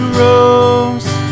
rose